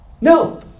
no